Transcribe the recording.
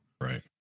right